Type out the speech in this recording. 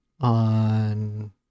on